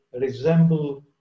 resemble